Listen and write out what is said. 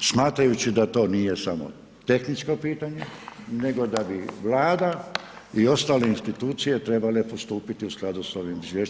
smatrajući da to nije samo tehničko pitanje nego da bi Vlada i ostale institucije trebale postupiti u skladu s ovim izvješćem.